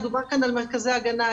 דובר כאן על מרכזי הגנה,